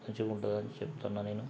మంచిగుంటుందని చెప్తున్నాను నేను